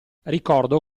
ricordo